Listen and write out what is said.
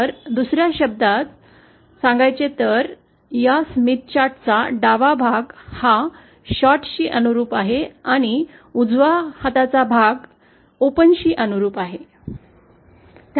तर दुसऱ्या शब्दांत सांगायचे तर यास्मिथ चार्ट चा डावा हा भाग शॉर्ट शी अनुरूप आहे आणि उजव्या हाताचा भाग खुल्या शी अनुरुप आहे